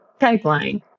tagline